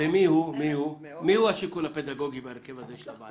מי השיקול הפדגוגי בהרכב הזה של הוועדה?